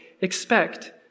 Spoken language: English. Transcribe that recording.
expect